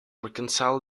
reconcile